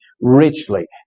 richly